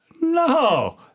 No